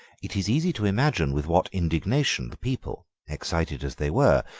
it is easy to imagine with what indignation the people, excited as they were,